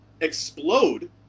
explode